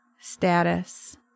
status